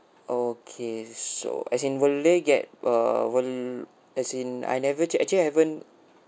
okay so as in will I get uh will as in I never ac~ actually I haven't